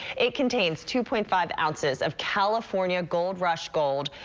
it contains two point five ounces of california gold rush gold.